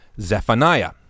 Zephaniah